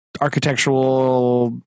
Architectural